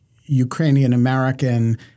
Ukrainian-American